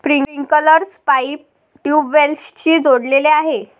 sprinkler pipe ट्यूबवेल्सशी जोडलेले आहे